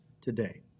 today